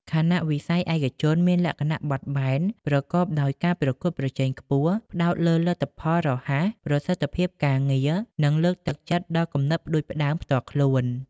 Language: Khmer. ខណៈវិស័យឯកជនមានលក្ខណៈបត់បែន ប្រកបដោយការប្រកួតប្រជែងខ្ពស់ ផ្តោតលើលទ្ធផលរហ័ស ប្រសិទ្ធភាពការងារ និងលើកទឹកចិត្តដល់គំនិតផ្តួចផ្តើមផ្ទាល់ខ្លួន។